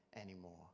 anymore